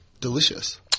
delicious